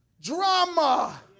Drama